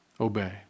Obey